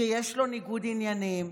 שיש לו ניגוד עניינים,